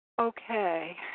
Okay